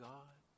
God